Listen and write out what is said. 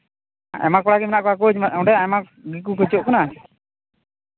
ᱟᱭᱢᱟ ᱠᱚᱲᱟᱜᱮ ᱢᱮᱱᱟᱜ ᱠᱚᱣᱟ ᱠᱳᱪ ᱚᱸᱰᱮ ᱟᱭᱢᱟ ᱠᱚ ᱠᱳᱪᱚᱜ ᱠᱟᱱᱟ